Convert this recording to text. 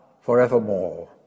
forevermore